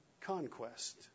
conquest